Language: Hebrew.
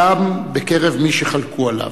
גם בקרב מי שחלקו עליו.